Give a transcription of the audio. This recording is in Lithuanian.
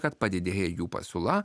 kad padidėja jų pasiūla